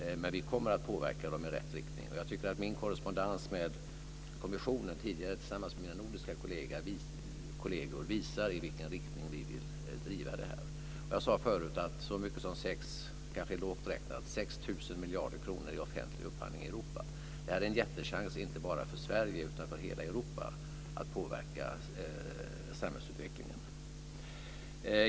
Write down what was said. Men vi kommer att påverka dem i rätt riktning. Jag tycker att min tidigare korrespondens med kommissionen tillsammans med mina nordiska kolleger visar i vilken riktning vi vill driva detta. Jag sade förut att 6 000 miljarder kronor - det är kanske lågt räknat - går till offentlig upphandling i Europa. Detta är en jättechans inte bara för Sverige utan för hela Europa att påverka samhällsutvecklingen.